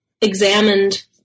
examined